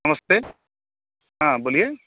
नमस्ते हाँ बोलिए